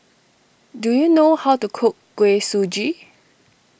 do you know how to cook Kuih Suji